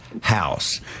house